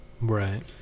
Right